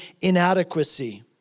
inadequacy